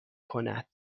کند